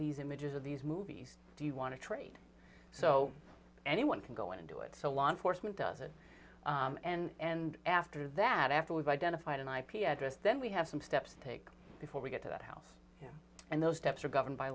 these images of these movies do you want to trade so anyone can go and do it so law enforcement does it and after that after we've identified an ip address then we have some steps to take before we get to that house and those steps are governed by